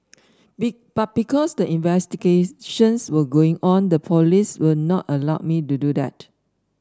be but because the investigations were going on the police will not allow me to do that